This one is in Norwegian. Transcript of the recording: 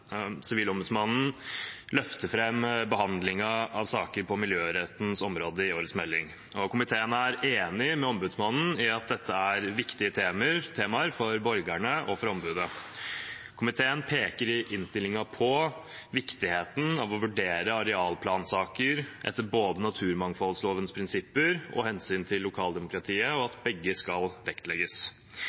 Sivilombudsmannen løfter fram behandlingen av saker på miljørettens område i årets melding. Komiteen er enig med Sivilombudsmannen i at dette er viktige temaer for borgerne og for ombudet. Komiteen peker i innstillingen på viktigheten av å vurdere arealplansaker etter både naturmangfoldlovens prinsipper og hensynet til lokaldemokratiet og at begge skal vektlegges.